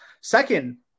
Second